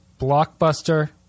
blockbuster